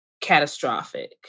catastrophic